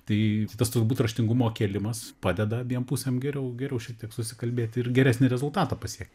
tai turbūt raštingumo kėlimas padeda abiem pusėm geriau geriau šiek tiek susikalbėti ir geresnį rezultatą pasiekt